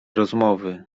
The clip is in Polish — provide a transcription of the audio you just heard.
rozmowy